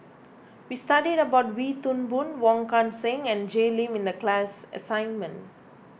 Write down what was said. we studied about Wee Toon Boon Wong Kan Seng and Jay Lim in the class assignment